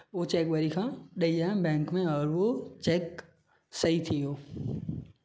उहो चैक वरी खां ॾेई आयुमि बैंक में और हू चैक सही थी वियो